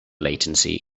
latency